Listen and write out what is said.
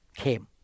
came